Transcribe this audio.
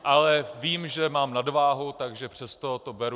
Ale vím, že mám nadváhu, takže přesto to beru.